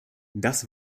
das